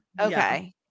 okay